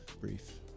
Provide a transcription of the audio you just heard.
Brief